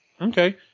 Okay